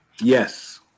yes